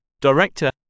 director